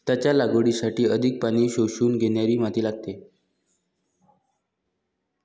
त्याच्या लागवडीसाठी अधिक पाणी शोषून घेणारी माती लागते